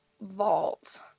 vault